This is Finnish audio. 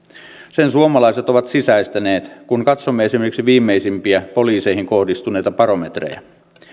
sen suomalaiset ovat sisäistäneet kun katsomme esimerkiksi viimeisimpiä poliiseihin kohdistuneita barometreja